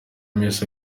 miss